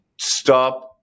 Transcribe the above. Stop